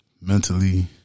Mentally